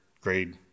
grade